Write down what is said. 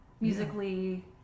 musically